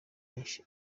nyinshi